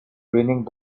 raining